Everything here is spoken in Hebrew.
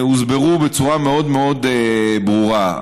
הוסברו בצורה מאוד מאוד ברורה: